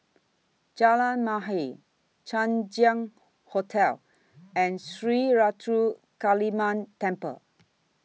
Jalan Mahir Chang Ziang Hotel and Sri Ruthra Kaliamman Temple